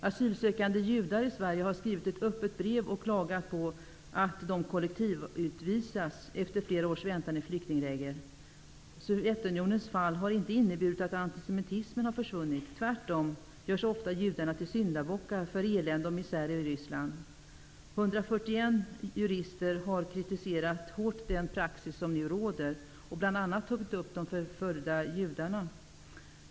Asylsökande judar i Sverige har skrivit ett öppet brev och klagat på att de kollektivutvisas efter flera års väntan i flyktingläger. Sovjetunionens fall har inte inneburit att antisemitismen har försvunnit. Tvärtom görs ofta judarna till syndabockar för elände och misär i Ryssland. 141 jurister har kritiserat den hårda praxis som nu råder och bl.a. tagit upp de förföljda judarnas situation.